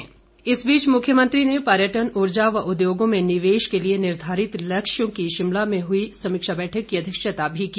जयराम इस बीच मुख्यमंत्री ने पर्यटन ऊर्जा व उद्योगों में निवेश के लिए निर्धारित लक्ष्य की शिमला में हुई समीक्षा बैठक की अध्यक्षता भी की